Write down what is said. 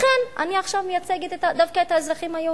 לכן אני עכשיו דווקא מייצגת את האזרחים היהודים,